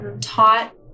taught